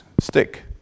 stick